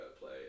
play